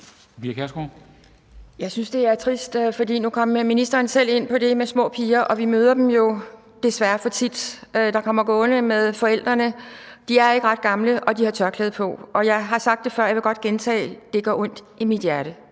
Pia Kjærsgaard (DF): Jeg synes, det er trist. Nu kom ministeren selv ind på det med små piger. Vi ser det desværre for tit, når vi møder dem, når de kommer gående med forældrene – de er ikke ret gamle, og de har tørklæde på. Jeg har sagt det før, og jeg vil godt gentage det: Det gør ondt i mit hjerte